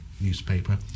newspaper